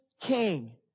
king